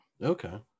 Okay